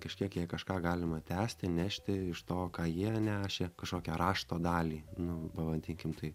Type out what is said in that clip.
kažkiek jei kažką galima tęsti nešti iš to ką jie nešė kažkokią rašto dalį nu vavadinkim tai